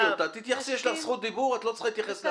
יש לך זכות דיבור, את לא צריכה להתייחס להפרעות.